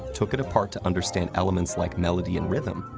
took it apart to understand elements like melody and rhythm,